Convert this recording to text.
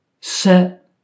set